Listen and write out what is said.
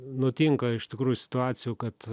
nutinka iš tikrųjų situacijų kad